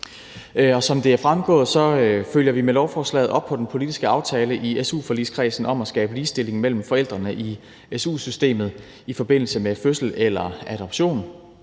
Som det er fremgået, følger vi med lovforslaget op på den politiske aftale i su-forligskredsen om at skabe ligestilling mellem forældrene i su-systemet i forbindelse med fødsel eller adoption.